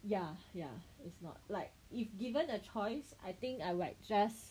ya ya it's not like if given a choice I think I like just